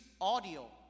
audio